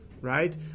right